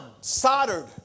soldered